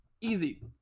Easy